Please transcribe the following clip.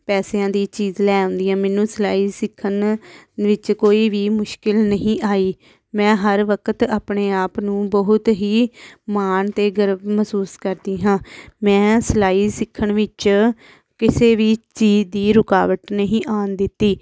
ਪੈਸਿਆਂ ਦੀ ਚੀਜ਼ ਲੈ ਆਉਂਦੀ ਹਾਂ ਮੈਨੂੰ ਸਿਲਾਈ ਸਿੱਖਣ ਵਿੱਚ ਕੋਈ ਵੀ ਮੁਸ਼ਕਿਲ ਨਹੀਂ ਆਈ ਮੈਂ ਹਰ ਵਕਤ ਆਪਣੇ ਆਪ ਨੂੰ ਬਹੁਤ ਹੀ ਮਾਣ ਅਤੇ ਗਰਵ ਮਹਿਸੂਸ ਕਰਦੀ ਹਾਂ ਮੈਂ ਸਿਲਾਈ ਸਿੱਖਣ ਵਿੱਚ ਕਿਸੇ ਵੀ ਚੀਜ਼ ਦੀ ਰੁਕਾਵਟ ਨਹੀਂ ਆਉਣ ਦਿੱਤੀ